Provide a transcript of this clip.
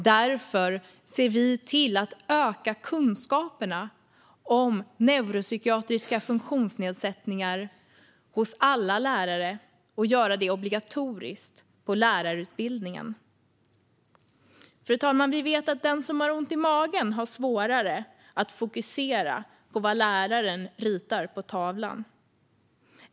Därför ser vi till att öka kunskaperna hos alla lärare om neuropsykiatriska funktionsnedsättningar och att göra detta obligatoriskt på lärarutbildningen. Fru talman! Vi vet att den som har ont i magen har svårare att fokusera på vad läraren ritar på tavlan.